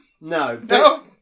no